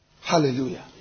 Hallelujah